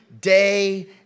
day